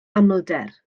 amlder